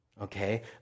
Okay